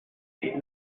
sin